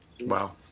Wow